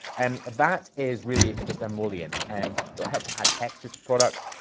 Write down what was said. and that is really just emollient and it'll help to add texture to products.